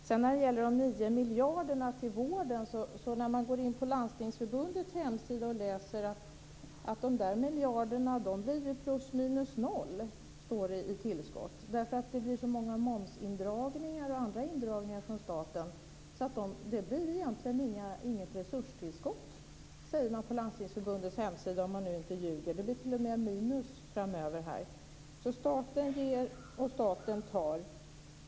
När det sedan gäller de 9 miljarderna till vården kan man på Landstingsförbundets hemsida läsa att dessa miljarder blir plus minus noll i tillskott. Det blir nämligen så många momsindragningar och andra indragningar från staten att det egentligen inte blir något resurstillskott utan t.o.m. minus framöver, sägs det på Landstingsförbundets hemsida, om man nu inte ljuger. Så staten ger och staten tar.